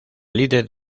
líder